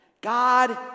God